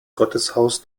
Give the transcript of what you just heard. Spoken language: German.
gotteshaus